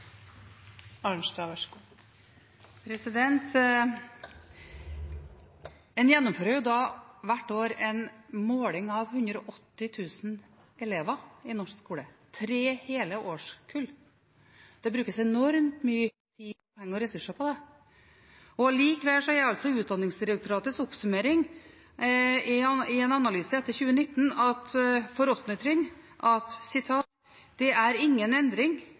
En gjennomfører hvert år en måling av 180 000 elever i norsk skole – tre hele årskull. Dette brukes det enormt mye tid, penger og ressurser på, og likevel er Utdanningsdirektoratets oppsummering i en analyse av åttende trinn etter 2019: